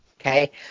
Okay